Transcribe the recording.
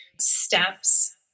steps